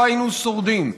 לא היינו שורדים.